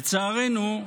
לצערנו,